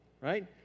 Right